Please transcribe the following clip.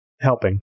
helping